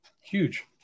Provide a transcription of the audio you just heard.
Huge